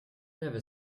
never